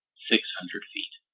six hundred feet